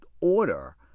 order